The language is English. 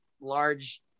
large